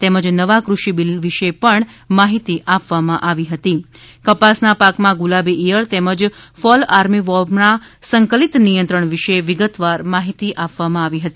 તેમજ નવા કૃષિ બીલની વિશે માહિતી આપવામાં આવી હતી તેમજ કપાસના પાકમાં ગુલાબી ઇયળ તેમજ ફોલ આર્મીવોર્મના સંકલિત નિયંત્રણ વિશે વિગતવાર માહિતી આપી હતી